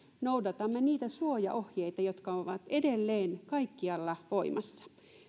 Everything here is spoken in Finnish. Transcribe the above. noudatamme niitä suojaohjeita jotka ovat edelleen kaikkialla voimassa